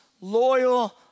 loyal